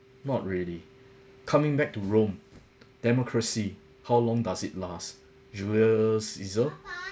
not really coming back to rome democracy how long does it last julius caesar